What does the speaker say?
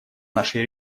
нашей